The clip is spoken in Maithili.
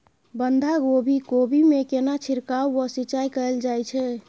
बंधागोभी कोबी मे केना छिरकाव व सिंचाई कैल जाय छै?